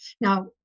Now